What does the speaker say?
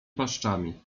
paszczami